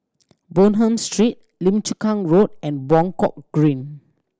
Bonham Street Lim Chu Kang Road and Buangkok Green